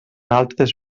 altres